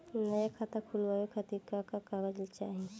नया खाता खुलवाए खातिर का का कागज चाहीं?